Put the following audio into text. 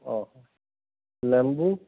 ହଁ ଲେମ୍ବୁ